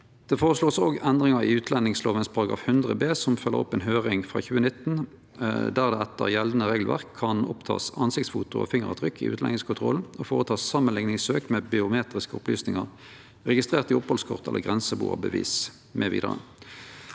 også føreslått endringar i utlendingslova § 100 b som følgjer opp ei høyring frå 2019, der det etter gjeldande regelverk kan takast ansiktsfoto og fingeravtrykk i utlendingskontrollen og gjerast samanlikningssøk med biometriske opplysningar registrerte i opphaldskort eller grensebuarbevis mv.